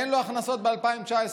אין לו הכנסות ב-2019.